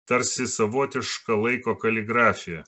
tarsi savotiška laiko kaligrafija